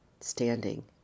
standing